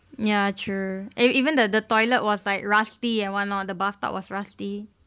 ya true eh even the the toilet was like rusty and what loh the bathtub was rusty